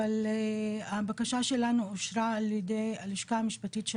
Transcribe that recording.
אבל הבקשה שלנו אושרה על ידי הלשכה המשפטית של